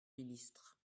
ministre